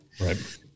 Right